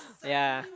ya